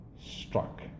struck